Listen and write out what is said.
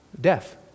Death